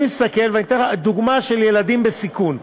אני מסתכל, אתן לך דוגמה של ילדים בסיכון.